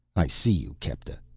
i see you, kepta.